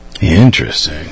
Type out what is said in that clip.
Interesting